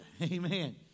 Amen